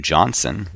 Johnson